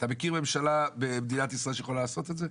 אתה מכיר ממשלה במדינת ישראל שיכולה לעשות את זה?